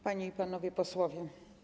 Panie i Panowie Posłowie!